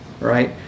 right